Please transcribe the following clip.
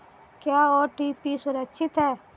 क्या ओ.टी.पी सुरक्षित है?